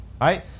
Right